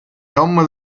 jaume